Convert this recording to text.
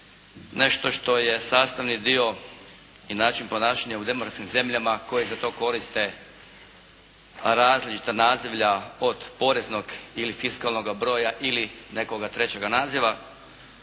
nešto što je sastavni dio i način ponašanja u demokratskim zemljama koje za to koriste različita nazivlja, od poreznog ili fiskalnoga broja ili nekoga trećega naziva.